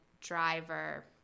driver